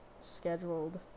scheduled